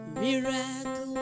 miracle